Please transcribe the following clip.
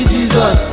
Jesus